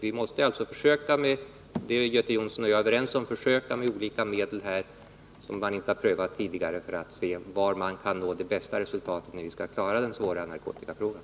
Vi måste alltså — det är Göte Jonsson och jag överens om — försöka pröva olika medel som man inte prövat tidigare för att se var man kan nå de bästa resultaten och hur man skall klara av den svåra narkotikafrågan.